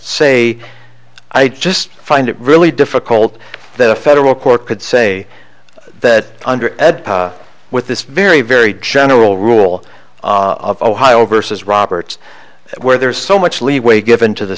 say i just find it really difficult that a federal court could say that under ed with this very very general rule of ohio versus roberts where there's so much leeway given to the